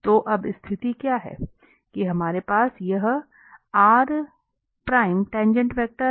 तो अब स्थिति क्या है कि हमारे पास यह टाँगेँट वेक्टर है और इसके साथ डॉट उत्पाद 0 है